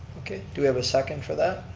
okay, do we have a second for that